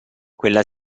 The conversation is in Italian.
quella